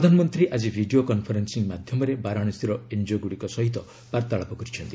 ପ୍ରଧାନମନ୍ତ୍ରୀ ଆଜି video conferencing ମାଧ୍ୟମରେ ବାରାଣାସୀର ଏନ୍ଜିଓଗୁଡ଼ିକ ସହ ବାର୍ତ୍ତାଳାପ କରିଛନ୍ତି